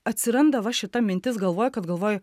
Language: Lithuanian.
atsiranda va šita mintis galvoj kad galvoju